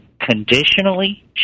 conditionally